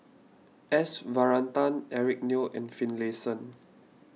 S Varathan Eric Neo and Finlayson